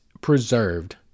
preserved